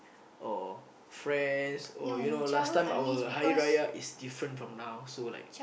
or friends or you know last time our Hari-Raya is different from now so like